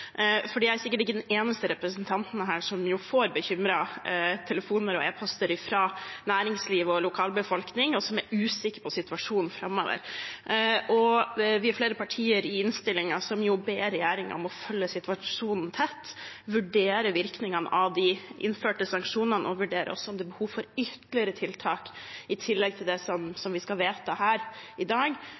er sikkert ikke den eneste av representantene her som får bekymrede telefoner fra næringsliv og lokalbefolkning som er usikre på situasjonen framover. Vi er flere partier som i innstillingen ber regjeringen om å følge situasjonen tett, vurdere virkningene av de innførte sanksjonene og vurdere om det er behov for ytterligere tiltak i tillegg til det vi skal vedta her i dag,